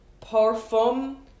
Parfum